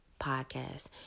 podcast